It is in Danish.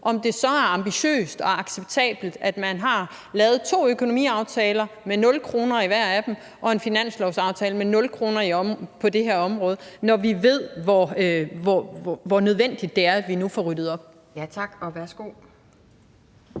så er ambitiøst og acceptabelt, at man har lavet to økonomiaftaler med 0 kr. i hver af dem og en finanslovsaftale med 0 kr. på det her område, når vi ved, hvor nødvendigt det er, at vi nu får ryddet op. Kl.